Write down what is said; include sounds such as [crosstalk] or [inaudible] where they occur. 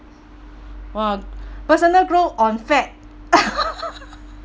!wah! personal growth on fat [laughs]